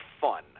fun